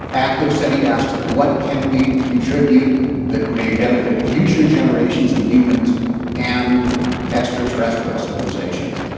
active seti asks what can we contribute that may benefit future generations of humans and extra-terrestrial civilisations.